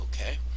Okay